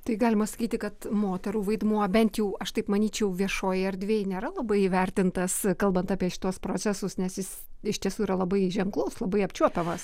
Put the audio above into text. tai galima sakyti kad moterų vaidmuo bent jau aš taip manyčiau viešojoj erdvėj nėra labai įvertintas kalbant apie šituos procesus nes jis iš tiesų yra labai ženklus labai apčiuopiamas